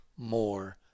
more